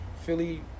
Philly